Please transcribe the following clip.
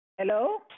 Hello